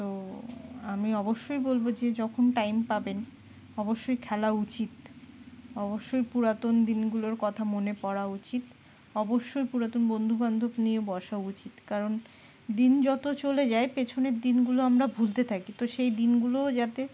তো আমি অবশ্যই বলবো যে যখন টাইম পাবেন অবশ্যই খেলা উচিত অবশ্যই পুরাতন দিনগুলোর কথা মনে পড়া উচিত অবশ্যই পুরাতন বন্ধুবান্ধব নিয়ে বসা উচিত কারণ দিন যত চলে যায় পেছনের দিনগুলো আমরা ভুলতে থাকি তো সেই দিনগুলোও যাতে